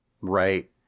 Right